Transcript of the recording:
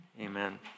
amen